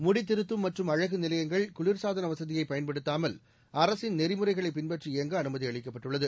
முடி திருத்தும் மற்றும் அழகு நிலையங்கள் குளிர்சாதன வசதியை பயன்படுத்தாமல் அரசின் நெறிமுறைகளை பின்பற்றி இயங்க அனுமதி அளிக்கப்பட்டுள்ளது